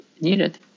needed